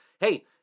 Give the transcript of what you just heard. Hey